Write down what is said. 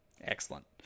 Excellent